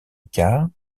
icard